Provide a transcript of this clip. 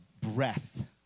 breath